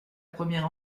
première